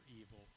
evil